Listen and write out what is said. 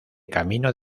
camino